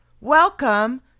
welcome